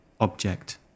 object